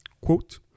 Quote